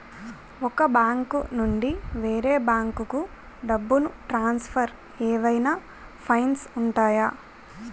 ఒక బ్యాంకు నుండి వేరే బ్యాంకుకు డబ్బును ట్రాన్సఫర్ ఏవైనా ఫైన్స్ ఉంటాయా?